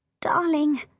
Darling